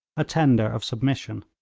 a tender of submission.